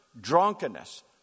drunkenness